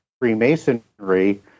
Freemasonry